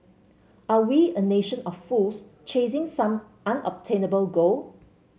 are we a nation of fools chasing some unobtainable goal